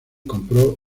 compró